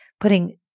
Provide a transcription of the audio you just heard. putting